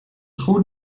groen